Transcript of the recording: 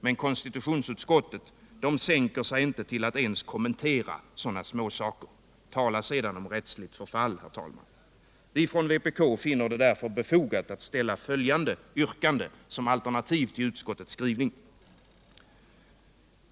Men konstitutionsutskottet sänker sig inte ned till att ens kommentera sådana småsaker. Tala sedan om rättsligt förfall, herr talman! Vi från vpk finner det därför befogat att ställa följande yrkande som ett alternativ till utskottets skrivning.